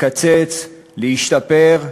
לקצץ, להשתפר.